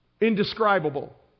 Indescribable